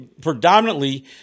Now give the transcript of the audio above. predominantly